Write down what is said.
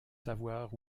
savoir